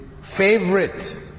favorite